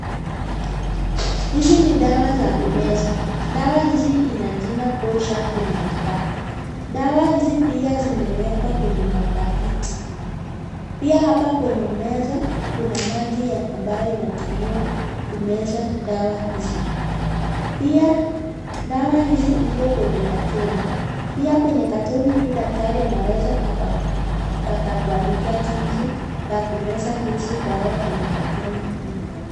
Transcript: Hizi ni dawa za kumeza. Dawa hizi zina jina Core Supplement Pack. Dawa hizi pia zimewekwa kwenye mapakiti. Pia hapa kwenye meza, kuna maji ambayo inatumiwa kumeza dawa hizi. Pia dawa hizi iko kwenye katoni. Pia kwenye katoni hii daktari anaweza kuandikia jinsi ya kumeza hizi dawa kwenye katoni.